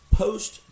post